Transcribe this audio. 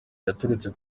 yaturutse